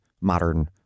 modern